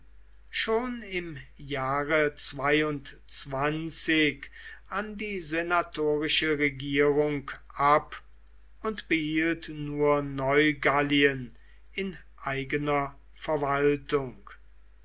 schon im jahre an die senatorische regierung ab und behielt nur neugallien in eigener verwaltung